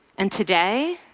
and today,